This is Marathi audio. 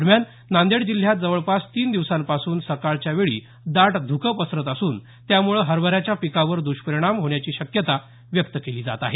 दरम्यान नांदेड जिल्ह्यात जवळपास तीन दिवसांपासून सकाळच्या वेळी दाट ध्कं पसरत असून त्यामूळे हरभऱ्याच्या पिकावर दुष्परिणान होण्याची शक्यता व्यक्त केली जात आहे